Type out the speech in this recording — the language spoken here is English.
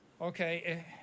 Okay